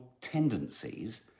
tendencies